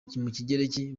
kigereki